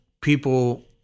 people